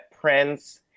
Prince